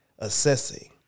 Assessing